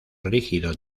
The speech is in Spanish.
rígido